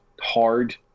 hard